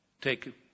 take